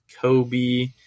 Kobe